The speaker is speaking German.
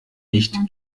nicht